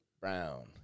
Brown